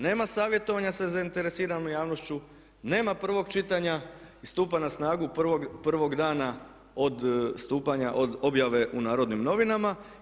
Nema savjetovanja sa zainteresiranom javnošću, nema prvog čitanja i stupa na snagu prvog dana od objave u Narodnim novinama.